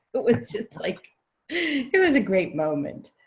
it was just like it was a great moment.